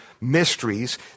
mysteries